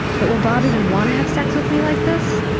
but will bob even want to have sex with me like this?